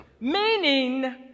Meaning